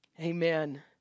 Amen